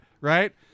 Right